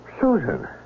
Susan